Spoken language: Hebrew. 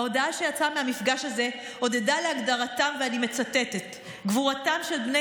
ההודעה שיצאה מהמפגש הזה עודדה להגדרתם "את גבורתם של בני